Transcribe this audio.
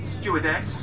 stewardess